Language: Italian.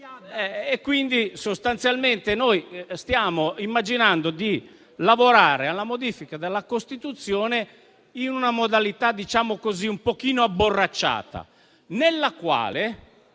mercoledì? Sostanzialmente noi stiamo immaginando di lavorare alla modifica della Costituzione in una modalità - diciamo così - un pochino abborracciata, nella quale